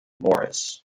morris